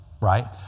right